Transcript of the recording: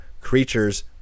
creatures